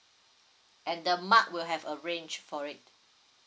and the mark will have a range for it